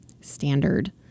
standard